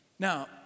Now